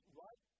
right